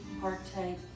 partake